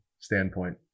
Standpoint